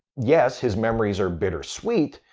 yes, his memories are bittersweet,